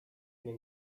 mnie